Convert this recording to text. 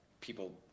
people